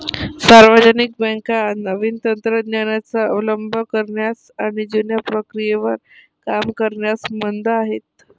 सार्वजनिक बँका नवीन तंत्र ज्ञानाचा अवलंब करण्यास आणि जुन्या प्रक्रियेवर काम करण्यास मंद आहेत